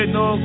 no